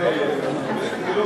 זה אושר?